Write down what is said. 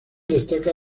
destaca